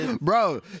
Bro